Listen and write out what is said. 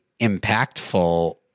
impactful